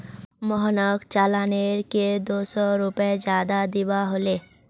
मोहनक चालानेर के दो सौ रुपए ज्यादा दिबा हले